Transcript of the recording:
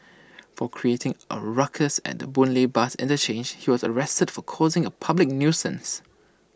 for creating A ruckus at the boon lay bus interchange he was arrested for causing A public nuisance